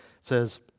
says